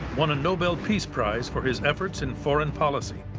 won a nobel peace prize for his efforts in foreign policy.